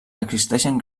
existeixen